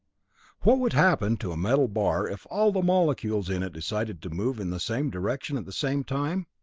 what would happen to a metal bar if all the molecules in it decided to move in the same direction at the same time?